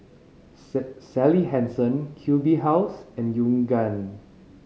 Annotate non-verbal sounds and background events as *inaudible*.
*unintelligible* Sally Hansen Q B House and Yoogane